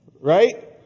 right